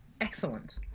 Excellent